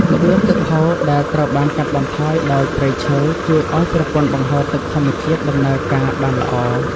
ល្បឿនទឹកហូរដែលត្រូវបានកាត់បន្ថយដោយព្រៃឈើជួយឱ្យប្រព័ន្ធបង្ហូរទឹកធម្មជាតិដំណើរការបានល្អ។ល្បឿនទឹកហូរដែលត្រូវបានកាត់បន្ថយដោយព្រៃឈើជួយឱ្យប្រព័ន្ធបង្ហូរទឹកធម្មជាតិដំណើរការបានល្អ។